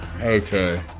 Okay